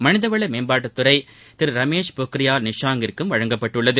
மளிதவள மேம்பட்டுத்துறை திரு ரமேஷ் பொகியால் நிஷாங்கிற்கும் வழங்கப்பட்டுள்ளது